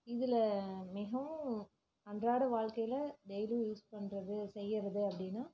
இதில் மிகவும் அன்றாட வாழ்க்கையில் டெய்லி யூஸ் பண்ணுறது செய்கிறது அப்படின்னா